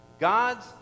God's